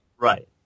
Right